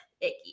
icky